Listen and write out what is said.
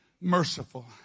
Merciful